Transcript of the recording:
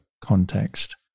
context